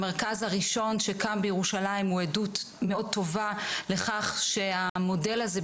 המרכז הראשון שקם בירושלים הוא עדות מאוד טובה לכך שהמודל הזה,